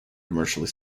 commercially